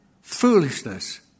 Foolishness